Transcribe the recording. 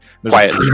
Quiet